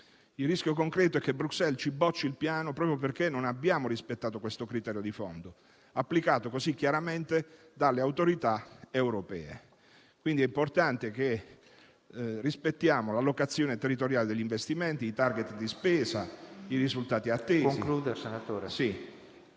Il rischio concreto è che Bruxelles ci bocci il piano proprio perché non abbiamo rispettato questo criterio di fondo, applicato così chiaramente dalle autorità europee. È importante quindi che rispettiamo la locazione territoriale degli investimenti, i *target* di spesa, i risultati attesi...